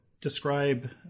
describe